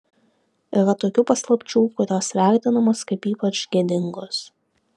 yra tokių paslapčių kurios vertinamos kaip ypač gėdingos